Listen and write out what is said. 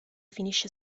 finisce